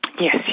Yes